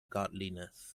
godliness